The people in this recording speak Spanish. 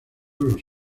los